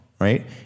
right